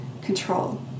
control